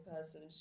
person